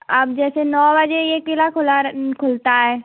अब जैसे नौ बजे ये क़िला खुला खुलता है